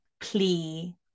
plea